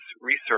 research